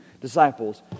disciples